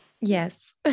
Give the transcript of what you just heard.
yes